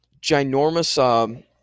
ginormous